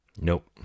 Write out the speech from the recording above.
Nope